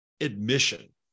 admission